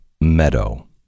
Meadow